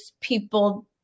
people